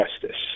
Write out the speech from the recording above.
justice